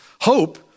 Hope